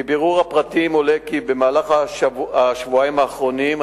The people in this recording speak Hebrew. מבירור הפרטים עולה כי במהלך השבועיים האחרונים,